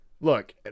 look